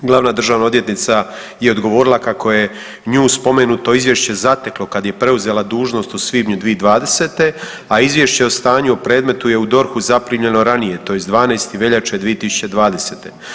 Glavna državna odvjetnica je odgovorila kako je nju spomenuto Izvješće zateklo kada je preuzela dužnost u svibnju 2020., a Izvješće o stanju o predmetu je u DORH-u zaprimljeno ranije tj. 12. veljače 2020.